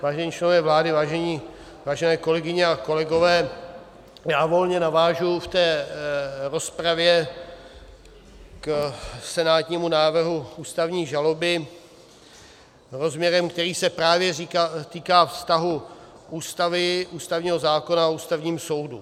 Vážení členové vlády, vážené kolegyně a kolegové, já volně navážu v té rozpravě k senátnímu návrhu ústavní žaloby rozměrem, který se právě týká vztahu Ústavy, ústavního zákona o Ústavním soudu.